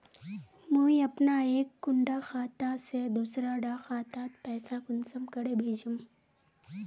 मुई अपना एक कुंडा खाता से दूसरा डा खातात पैसा कुंसम करे भेजुम?